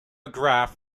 graph